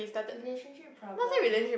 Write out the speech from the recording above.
relationship problem